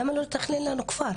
למה לא לתכנן לנו כפר?